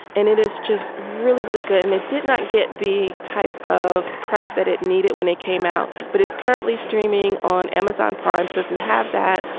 and it is just really, really good. and it did not get the type of press that it needed when it came out. but it's currently streaming on amazon prime. so if you have that,